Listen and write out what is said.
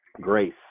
grace